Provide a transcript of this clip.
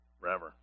Forever